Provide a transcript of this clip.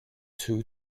two